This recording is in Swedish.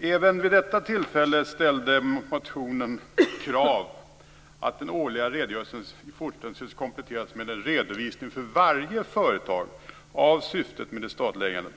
Även vid detta tillfälle ställde man i motionen krav på att den årliga redogörelsen i fortsättningen skall kompletteras med en redovisning för varje företag av syftet med det statliga ägandet.